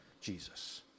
Jesus